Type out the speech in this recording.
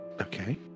Okay